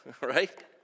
right